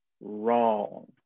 wrong